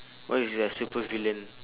what is the supervillain